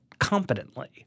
competently